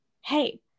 Hey